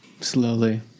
slowly